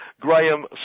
graham